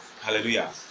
Hallelujah